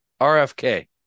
RFK